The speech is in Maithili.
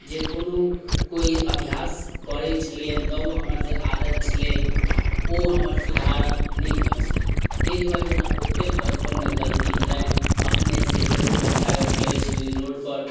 जे कोनो कोइ अभ्यास करय छलियनि तब ओ हमरा जे आदत छलै ओ हमर सुधार नहि भेल छलनि तै दुआरे जे हमरा बहुतेक बचपनमे गलती भेलनि अपने से ककरो बच्चा रहय छलै रोडपर